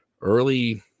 early